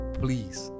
please